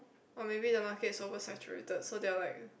or maybe the market is over saturated so they were like